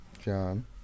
John